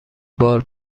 بار